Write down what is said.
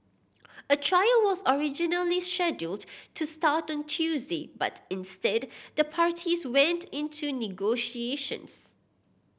a trial was originally scheduled to start on Tuesday but instead the parties went into negotiations